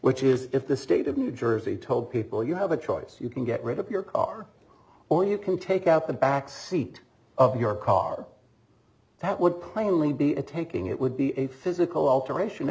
which is if the state of new jersey told people you have a choice you can get rid of your car or you can take out the back seat of your car that would plainly be a taking it would be a physical alteration